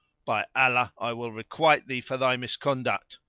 by allah, i will requite thee for thy misconduct.